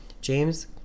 James